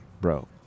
bro